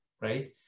Right